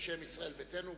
בשם ישראל ביתנו.